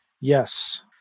Yes